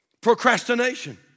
Procrastination